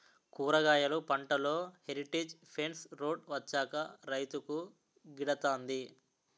కూరగాయలు పంటలో heritage fence road వచ్చాక రైతుకు గిడతంది